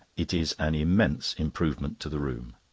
it is an immense improvement to the room.